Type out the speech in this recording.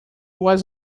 was